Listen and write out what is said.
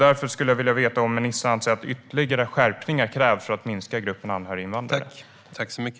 Därför skulle jag vilja veta om ministern anser att det krävs ytterligare skärpningar för att minska gruppen anhöriginvandrare.